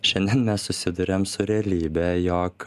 šiandien mes susiduriam su realybe jog